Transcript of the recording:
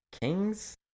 Kings